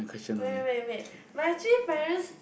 wait wait wait but actually parents